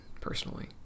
personally